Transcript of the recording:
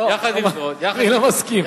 לא, אני לא מסכים.